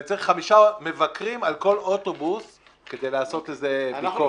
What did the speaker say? אני צריך חמישה מבקרים על כל אוטובוס כדי לעשות איזה ביקורת.